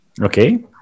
Okay